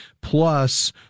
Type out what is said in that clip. plus